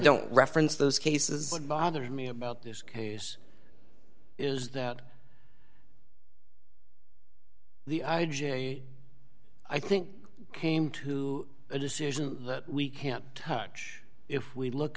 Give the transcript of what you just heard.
don't reference those cases what bothers me about this case is that the i j a i think came to a decision that we can't touch if we look